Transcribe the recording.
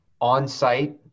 on-site